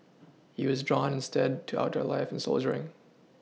he was drawn instead to outdoor life and soldiering